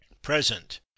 present